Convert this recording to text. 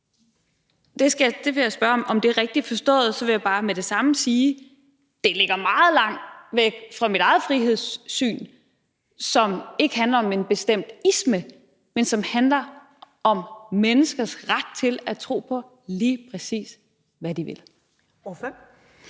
Jeg vil spørge, om det er rigtigt forstået. Og så vil jeg bare med det samme sige, at det ligger meget langt væk fra mit eget frihedssyn, som ikke handler om en bestemt isme, men som handler om menneskers ret til at tro på, lige præcis hvad de vil. Kl.